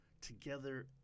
together